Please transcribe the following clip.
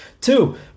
Two